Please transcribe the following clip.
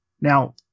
Now